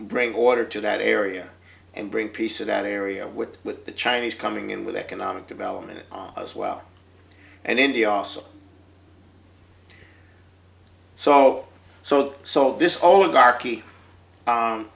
bring order to that area and bring peace to that area with with the chinese coming in with economic development as well and india also so so so this